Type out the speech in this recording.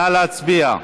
נא להצביע.